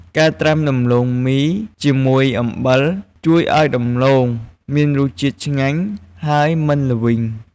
ការត្រាំដំទ្បូងមីជាមួយអំបិល ជួយឱ្យដំឡូងមានរសជាតិឆ្ងាញ់ ហើយមិនល្វីង។